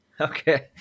Okay